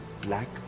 black